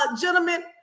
gentlemen